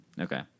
Okay